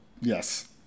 yes